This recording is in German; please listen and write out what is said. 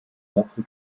nasse